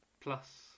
plus